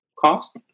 cost